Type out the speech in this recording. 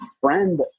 friend